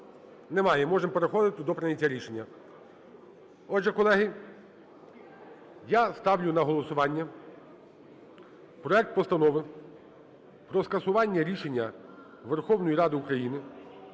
Немає. Ми можемо переходити до прийняття рішення. Отже, колеги, я ставлю на голосування проект Постанови про скасування рішення Верховної Ради України